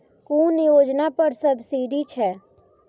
कुन योजना पर सब्सिडी छै?